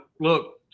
look